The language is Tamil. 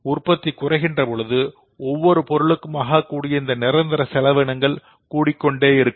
உற்பத்தி குறைகின்ற போது ஒவ்வொரு பொருளுக்கும் ஆகக்கூடிய இந்த நிரந்தர செலவினங்கள் கூடிக்கொண்டே இருக்கும்